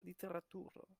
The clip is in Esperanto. literaturo